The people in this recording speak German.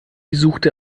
suchte